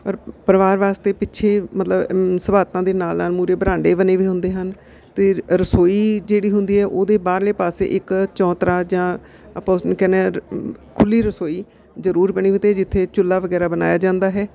ਪਰ ਪਰਿਵਾਰ ਵਾਸਤੇ ਪਿੱਛੇ ਮਤਲਬ ਸੁਹਾਤਾਂ ਦੇ ਨਾਲ ਨਾਲ ਮੂਹਰੇ ਵਰਾਂਡੇ ਬਣੇ ਵੇ ਹੁੰਦੇ ਹਨ ਅਤੇ ਰਸੋਈ ਜਿਹੜੀ ਹੁੰਦੀ ਹੈ ਉਹਦੇ ਬਾਹਰਲੇ ਪਾਸੇ ਇੱਕ ਚੌਤਰਾ ਜਾਂ ਆਪਾਂ ਉਸਨੂੰ ਕਹਿੰਦੇ ਹਾਂ ਖੁੱਲ੍ਹੀ ਰਸੋਈ ਜ਼ਰੂਰ ਬਣੀ ਹੋਈ ਅਤੇ ਜਿੱਥੇ ਚੁੱਲ੍ਹਾ ਵਗੈਰਾ ਬਣਾਇਆ ਜਾਂਦਾ ਹੈ